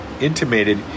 intimated